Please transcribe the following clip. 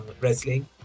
wrestling